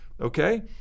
Okay